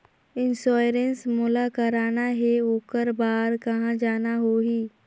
Insurance मोला कराना हे ओकर बार कहा जाना होही?